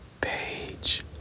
Page